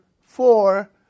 four